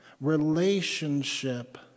relationship